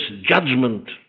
judgment